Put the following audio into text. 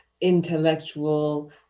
intellectual